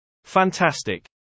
Fantastic